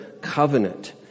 covenant